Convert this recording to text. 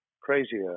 crazier